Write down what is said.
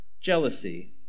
jealousy